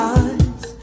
eyes